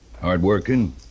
hard-working